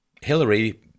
Hillary